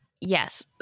yes